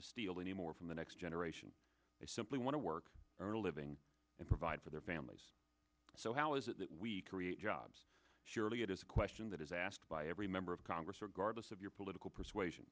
to steal any more from the next generation they simply want to work early having and provide for their families so how is it that we create jobs surely it is a question that is asked by every member of congress or garbus of your political persuasion